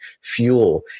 fuel